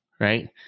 right